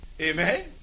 Amen